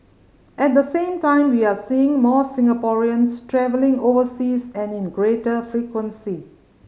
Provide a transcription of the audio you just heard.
at the same time we are seeing more Singaporeans travelling overseas and in greater frequency